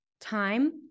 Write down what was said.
time